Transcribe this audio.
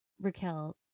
Raquel